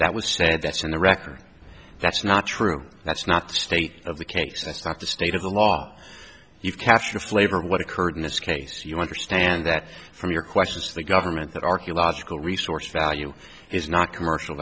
that would stand that's in the record that's not true that's not the state of the case that's not the state of the law you capture a flavor of what occurred in this case you want to stand that from your questions to the government that archaeological resource value is not commercial